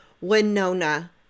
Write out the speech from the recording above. Winona